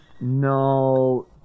No